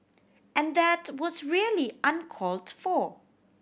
and that was really uncalled for